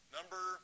Number